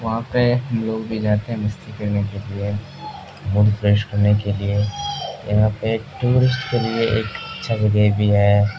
وہاں پہ ہم لوگ بھی جاتے ہیں مستی پنے کے لیے موڈ فریش کرنے کے لیے یہاں پہ ٹورسٹ کے لیے ایک اچھا جگہ بھی ہے